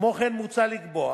כמו כן מוצע לקבוע